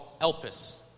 elpis